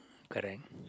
correct